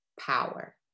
power